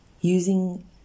Using